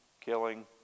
killing